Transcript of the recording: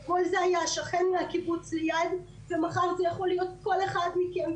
אתמול זה היה שכן מהקיבוץ ליד ומחר זה יכול להיות כל אחד מכם,